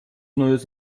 neues